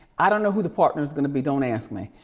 i don't know who the partner's gonna be, don't ask me.